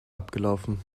abgelaufen